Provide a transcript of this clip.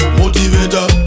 motivator